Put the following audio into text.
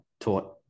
taught